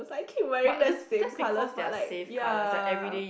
I keep wearing the same color but like ya